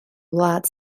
wlad